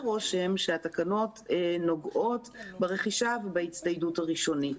רושם שהתקנות נוגעות ברכישה ובהצטיידות הראשונית.